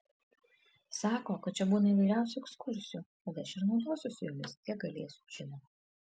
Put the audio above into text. sako kad čia būna įvairiausių ekskursijų tad aš ir naudosiuosi jomis kiek galėsiu žinoma